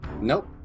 Nope